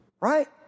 Right